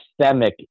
systemic